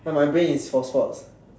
but my brain is for sports